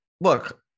look